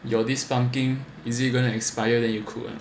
your this pumpkin is going to expire then you cook